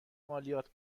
مالیات